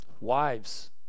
Wives